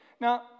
Now